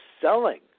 selling